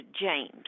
james